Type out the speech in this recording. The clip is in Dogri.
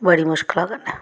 बड़ी मुश्कला कन्नै